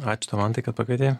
ačiū tau mantai kad pakvietei